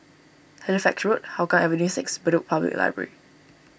Halifax Road Hougang Avenue six Bedok Public Library